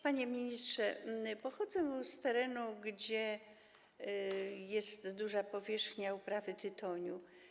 Panie ministrze, pochodzę z terenu, gdzie jest duża powierzchnia uprawy tytoniu.